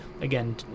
again